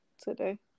today